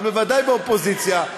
אבל בוודאי באופוזיציה,